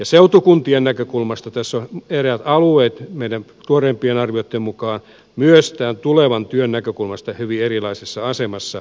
seutukuntien näkökulmasta eräät alueet ovat meidän tuoreimpien arvioittemme mukaan myös tulevan työn näkökulmasta hyvin erilaisessa asemassa